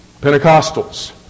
Pentecostals